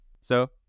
So-